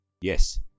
Yes